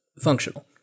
functional